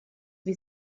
wie